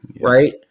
Right